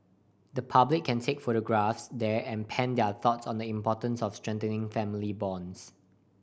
the public can take photographs there and pen their thoughts on the importance of strengthening family bonds